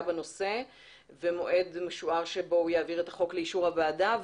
בנושא ומועד משוער בו המשרד יעביר את החוק לאישור הוועדה.